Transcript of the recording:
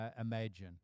imagine